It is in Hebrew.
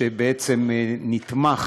שבעצם נתמך